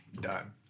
done